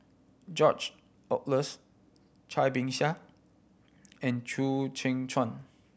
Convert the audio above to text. George Oehlers Cai Bixia and Chew Kheng Chuan